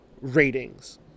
ratings